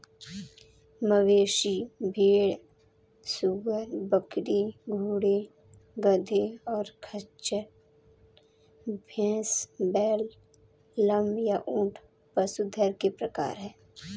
मवेशी, भेड़, सूअर, बकरी, घोड़े, गधे, और खच्चर, भैंस, बैल, लामा, या ऊंट पशुधन के प्रकार हैं